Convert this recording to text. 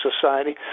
society